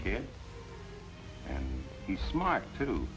kid and he's smart to